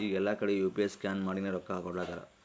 ಈಗ ಎಲ್ಲಾ ಕಡಿ ಯು ಪಿ ಐ ಸ್ಕ್ಯಾನ್ ಮಾಡಿನೇ ರೊಕ್ಕಾ ಕೊಡ್ಲಾತಾರ್